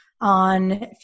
on